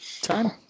time